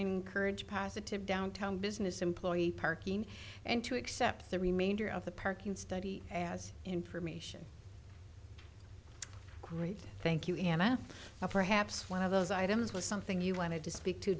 encourage positive downtown business employee parking and to accept the remainder of the parking study as information great thank you and i have perhaps one of those items was something you wanted to speak to